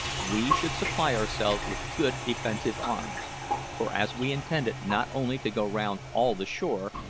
we should supply ourselves with good defensive arms for, as we intended not only to go round all the shore,